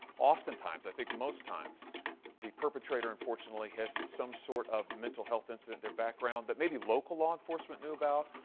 oftentimes, i think most times the perpetrator unfortunately has some sort of mental health incident in their background that maybe local law enforcement knew about,